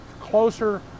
closer